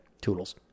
Toodles